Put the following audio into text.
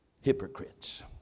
hypocrites